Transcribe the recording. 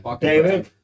David